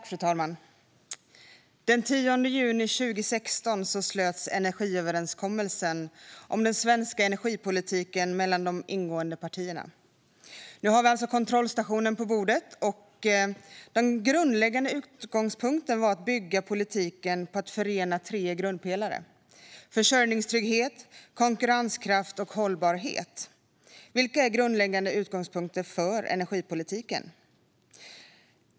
Fru talman! Den 10 juni 2016 slöts energiöverenskommelsen om den svenska energipolitiken mellan de ingående partierna. Nu har vi alltså kontrollstationen på bordet. Den grundläggande utgångspunkten var att bygga politiken på att förena tre grundpelare: försörjningstrygghet, konkurrenskraft och hållbarhet. Detta är de grundläggande utgångspunkterna för energipolitiken.